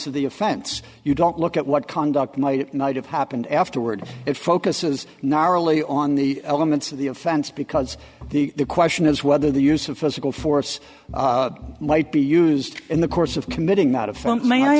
of the offense you don't look at what conduct might not have happened afterward it focuses narrowly on the elements of the offense because the question is why the use of physical force might be used in the course of committing not affront may i